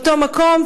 באותו מקום,